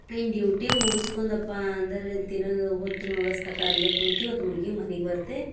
ಇನ್ನು ಡ್ಯೂಟಿ ಮುಗಸ್ಕೊಂಡಪ್ಪ ಅಂದರೆ ದಿನದ ಹೊತ್ತು ಮುಳಗಸ್ತಕ್ಕ ಅಲ್ಲೇ ಕುಂತು ಹೊತ್ತು ಮುಳುಗಿ ಮನೆಗೆ ಬರ್ತೆ